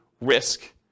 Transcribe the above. risk